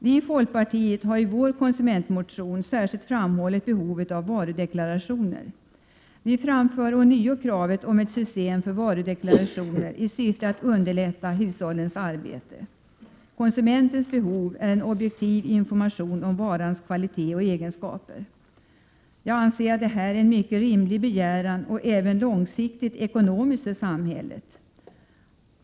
Vi i folkpartiet har i vår konsumentmotion särskilt framhållit behovet av varudeklarationer. Vi framför ånyo kravet på ett system för varudeklarationer i syfte att underlätta hushållens arbete. Konsumentens behov är en objektiv information om varans kvalitet och egenskaper. Jag anser att detta är en mycket rimlig begäran även långsiktigt ekonomiskt för samhället.